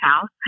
house